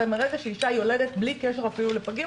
מרגע שאישה יולדת בלי קשר אפילו לפגים,